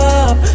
up